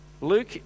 Luke